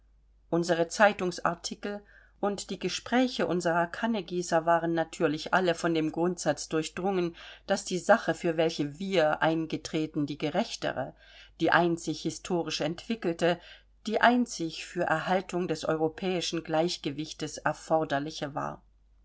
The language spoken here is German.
unsere zeitungsartikel und die gespräche unserer kannegießer waren natürlich alle von dem grundsatz durchdrungen daß die sache für welche wir eingetreten die gerechtere die einzig historisch entwickelte die einzig für erhaltung des europäischen gleichgewichtes erforderliche war